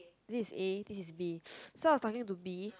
this is A this is B so I was talking to B